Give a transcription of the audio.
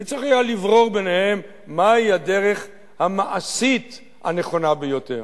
והיה צריך לברור ביניהן מהי הדרך המעשית הנכונה ביותר.